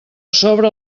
sobre